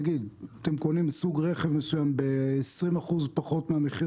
נגיד אתם קונים סוג רכב מסוים ב-20% פחות מהמחיר